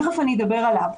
תיכף אני אדבר עליו,